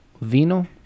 Vino